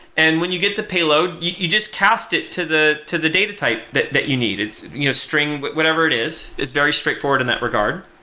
and when you get the payload you just cast it to the to the data type that that you need. it's you know string but whatever it is, it's very straightforward in that regard.